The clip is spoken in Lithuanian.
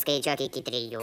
skaičiuok iki trijų